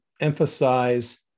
emphasize